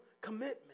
commitment